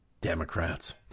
Democrats